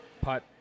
putt